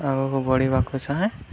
ଆଗକୁ ବଢ଼ିବାକୁ ଚାହେଁ